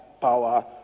power